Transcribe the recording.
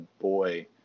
boy